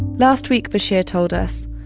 last week, bashir told us,